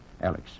Alex